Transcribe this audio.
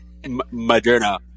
Moderna